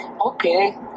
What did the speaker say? okay